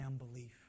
unbelief